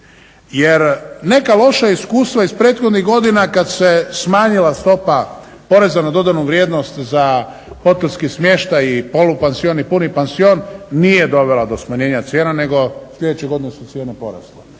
Jer neka loša iskustva iz prethodnih godina kad se smanjila stopa poreza na dodanu vrijednost za hotelski smještaj i polupansion i puni pansion nije dovela do smanjenja cijena nego sljedeće godine su cijene porasle.